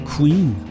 Queen